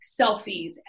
selfies